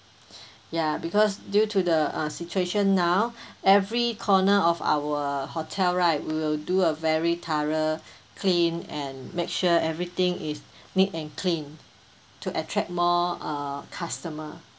ya because due to the uh situation now every corner of our hotel right we will do a very thorough clean and make sure everything is neat and clean to attract more uh customer